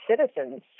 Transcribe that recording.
citizens